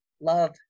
Love